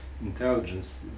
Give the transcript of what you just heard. intelligence